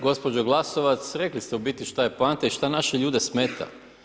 Gospođo Glasovac, rekli ste u biti šta je poanta i šta naše ljude smeta.